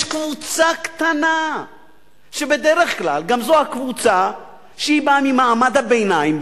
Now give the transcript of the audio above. יש קבוצה קטנה שבדרך כלל היא גם הקבוצה שבאה ממעמד הביניים,